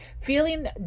feeling